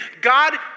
God